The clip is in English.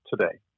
today